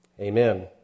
Amen